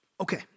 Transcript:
Okay